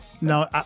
No